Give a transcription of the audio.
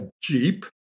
jeep